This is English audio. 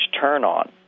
turn-on